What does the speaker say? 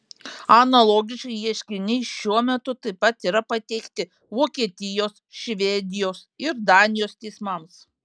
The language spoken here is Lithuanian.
analogiški ieškiniai šiuo metu taip pat yra pateikti vokietijos švedijos ir danijos teismams